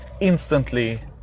instantly